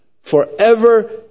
forever